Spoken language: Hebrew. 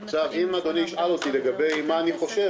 אם אדוני ישאל אותי לגבי מה אני חושב